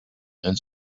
and